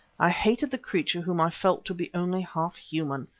i hated the creature whom i felt to be only half-human.